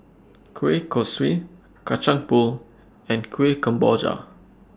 Kueh Kosui Kacang Pool and Kuih Kemboja